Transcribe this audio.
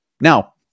Now